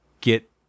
get